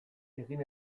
egin